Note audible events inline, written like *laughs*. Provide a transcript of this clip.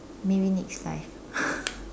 maybe next life *laughs*